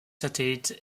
satellites